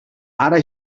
ara